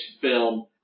film